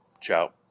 Ciao